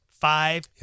five